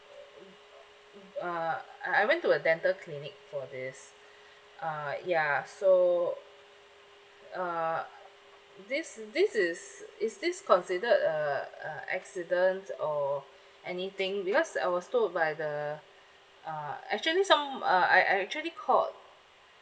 uh uh I went to a dental clinic for this uh ya so uh this this is is this considered a uh accident or anything because I was told by the uh actually some uh I I actually called